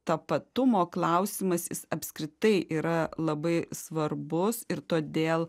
tapatumo klausimas jis apskritai yra labai svarbus ir todėl